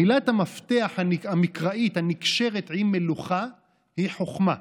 מילת המפתח המקראית הנקשרת עם מלוכה היא חוכמה.